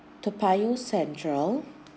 toa payoh central